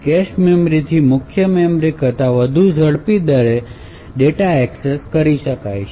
cache memory થી મુખ્ય memory કરતા વધુ ઝડપી દરે ડેટા એકસેસ કરી શકાય છે